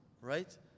Right